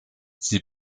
sie